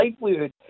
livelihood